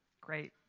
Great